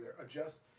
Adjust